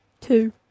Two